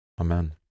Amen